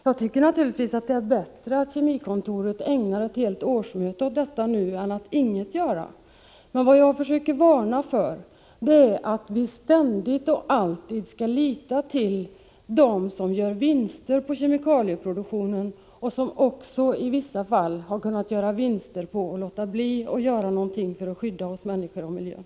Jag tycker naturligtvis att det är bättre att Kemikontoret nu ägnat ett helt årsmöte åt detta problem än att man ingenting gör, men vad jag försöker varna för är att vi ständigt och jämt skall lita till dem som gör vinster på kemikalieproduktionen och som också i vissa fall har kunnat göra vinster på att låta bli att göra någonting för att skydda oss människor och miljön.